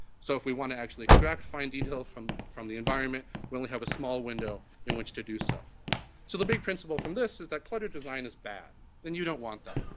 so if we want to actually extract, fine detail from from the environment, we only have a small window in which to do so. so the big principle from this is that cluttered design is bad and you don't want that.